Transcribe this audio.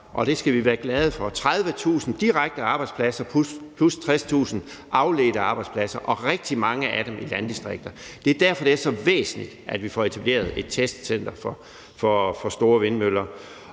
og det skal vi være glade for. Det giver 30.000 direkte arbejdspladser plus 60.000 afledte arbejdspladser og rigtig mange af dem i landdistrikter. Det er derfor, det er så væsentligt, at vi får etableret et testcenter for store vindmøller.